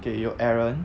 okay 有 eren